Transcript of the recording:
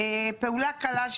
פעולה קלה,